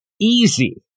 easy